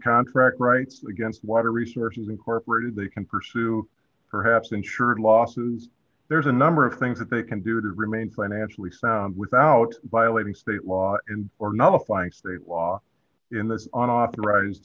contract rights against water resources incorporated they can pursue perhaps insured losses there's a number of things that they can do to remain financially sound without violating state law and or nullifying state law in the authorised